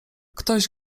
ktoś